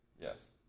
Yes